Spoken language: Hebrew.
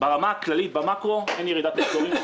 ברמה הכללית במקרו אין ירידת מחזורים.